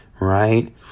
right